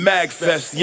Magfest